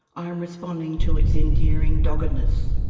i am responding to its endearing doggedness.